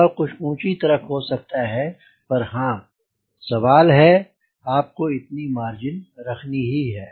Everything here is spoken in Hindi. वह कुछ ऊंची तरफ हो सकता है पर हाँ सवाल है आपको इतनी मार्जिन रखनी ही है